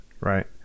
right